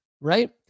right